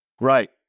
Right